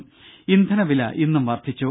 രും ഇന്ധനവില ഇന്നും വർധിച്ചു